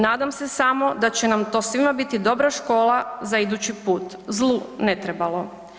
Nadam se samo da će nam to svima biti dobra škola za idući put, zlu ne trebalo.